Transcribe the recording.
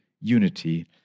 unity